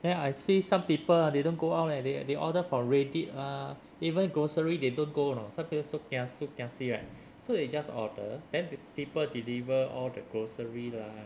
then I see some people ah they don't go out leh they they order for rare date lah even grocery they don't go you know some people so kiasu kiasi right so they just order then people deliver all the grocery lah